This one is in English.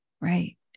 Right